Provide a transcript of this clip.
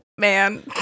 Man